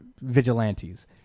vigilantes